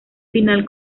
final